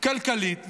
הכלכלית והמדינית.